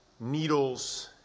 needles